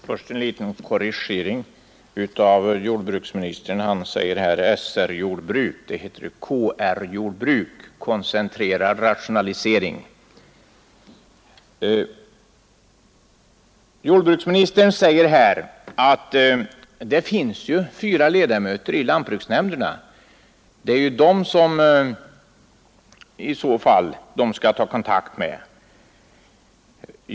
Herr talman! Först en liten korrigering. Jordbruksministern talade om SR-jordbruk. Det heter KR-jordbruk, dvs. koncentrerad rationalisering. Jordbruksministern sade också att det finns fyra ledamöter i lantbruksnämnderna utsedda av landstingen och att det är dem som jordbrukarna skall ta kontakt med.